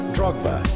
Drogba